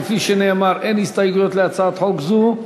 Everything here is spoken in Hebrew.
כפי שנאמר, אין הסתייגויות להצעת חוק זו.